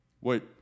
wait